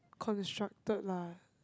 constructed lah